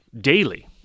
daily